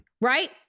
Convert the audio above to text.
Right